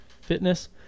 fitness